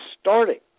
starting